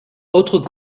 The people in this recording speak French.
autres